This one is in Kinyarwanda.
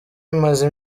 imaze